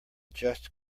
just